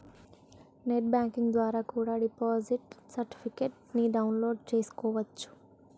net banking ద్వారా కూడా deposit certificates ని డౌన్ లోడ్ చేస్కోవచ్చు